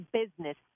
business